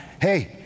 Hey